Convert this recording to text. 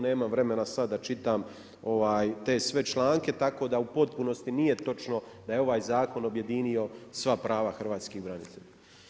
Nemam vremena sada da čitam, te sve članke, tako da u potpunosti nije točno da je ovaj zakon objedinio sva prava hrvatskih branitelja.